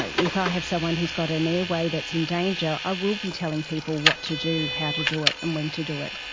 ah if i have someone who's got an airway that's in danger, i will be telling people what to do, how to do it and when to do it.